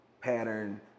pattern